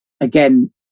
again